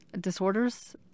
disorders